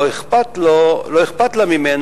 לא אכפת לה ממנו,